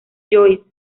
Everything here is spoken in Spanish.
joyce